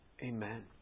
Amen